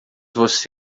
você